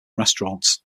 restaurants